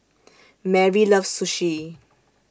Merri loves Sushi